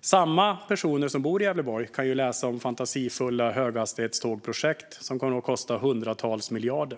Samma personer som bor i Gävleborg kan läsa om fantasifulla höghastighetstågsprojekt som kommer att kosta hundratals miljarder.